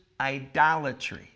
idolatry